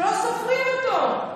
שלא סופרים אותו,